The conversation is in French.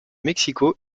mexico